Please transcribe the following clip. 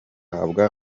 ahabwa